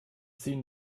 ziehen